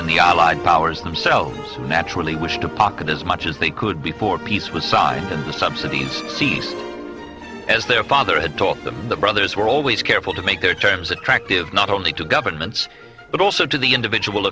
in the allied powers themselves naturally wished to pocket as much as they could before peace was signed in the subsidies ceased as their father had taught them the brothers were always careful to make their terms attractive not only to governments but also to the individual